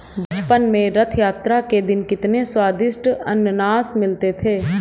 बचपन में रथ यात्रा के दिन कितने स्वदिष्ट अनन्नास मिलते थे